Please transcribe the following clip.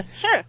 sure